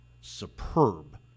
superb